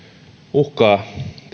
uhkaa